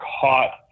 caught